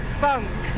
funk